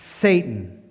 Satan